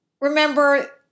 remember